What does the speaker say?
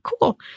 cool